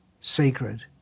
sacred